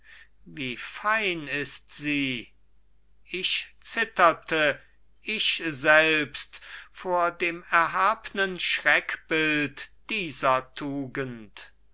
wie fein ist sie ich zitterte ich selbst vor dem erhabnen schreckbild dieser tugend